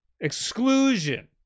exclusion